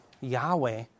Yahweh